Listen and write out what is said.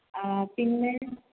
ആ പിന്നെ